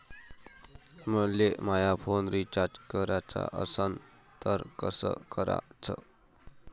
मले माया phone recharge कराचा असन तर कसा कराचा?